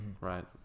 right